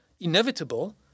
inevitable